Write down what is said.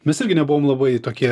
mes irgi nebuvom labai tokie